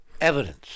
evidence